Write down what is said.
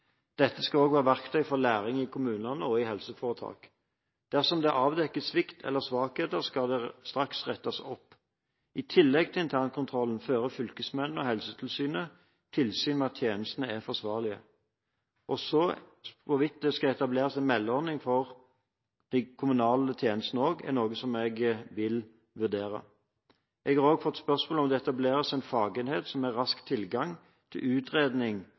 Dette skal også være verktøy for læring i kommunene og i helseforetak. Dersom det avdekkes svikt eller svakheter, skal de straks rettes opp. I tillegg til internkontrollen fører fylkesmennene og Helsetilsynet tilsyn med at tjenestene er forsvarlige. Hvorvidt det skal etableres en meldeordning for de kommunale tjenestene også, er noe jeg vil vurdere. Jeg har også fått spørsmål om hvorvidt det bør etableres en fagenhet med rask tilgang til utredning